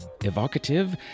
evocative